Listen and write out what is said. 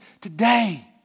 today